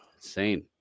insane